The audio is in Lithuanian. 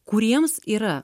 kuriems yra